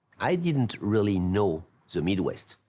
i didn't really know the midwest.